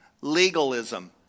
Legalism